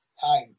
time